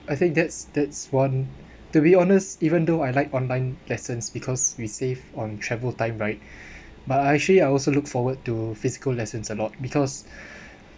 I think that's that's one to be honest even though I like online lessons because we save on travel time right but actually I also look forward to physical lessons a lot because